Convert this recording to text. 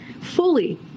fully